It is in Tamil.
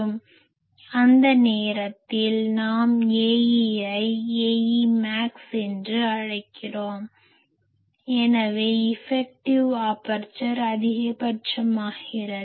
எனவே அந்த நேரத்தில் நாம் Aeஐ Ae max என அழைக்கலாம் எனவே இஃபெக்டிவ் ஆபர்சர் அதிகபட்சமாகிறது